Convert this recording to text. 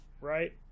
right